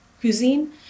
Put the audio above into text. cuisine